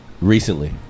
recently